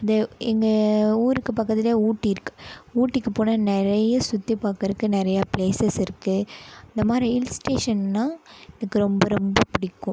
அது எங்கள் ஊருக்கு பக்கத்திலயே ஊட்டி இருக்குது ஊட்டிக்கு போனால் நிறையா சுற்றி பார்க்குறக்கு நிறையா பிளேசஸ் இருக்குது அந்த மாதிரி ஹில்ஸ் ஸ்டேஷன்னால் எனக்கு ரொம்ப ரொம்ப பிடிக்கும்